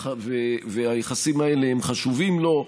והיחסים האלה חשובים לו.